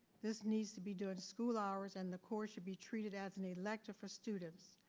this needs to be during school hours and the course should be treated as an elective for students.